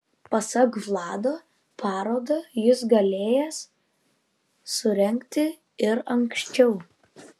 pasak vlado parodą jis galėjęs surengti ir anksčiau